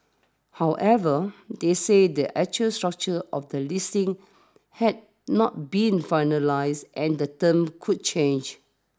however they said the actual structure of the listing had not been finalised and the terms could change